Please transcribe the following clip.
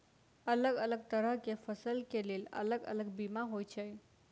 अलग अलग तरह केँ फसल केँ लेल अलग अलग बीमा होइ छै?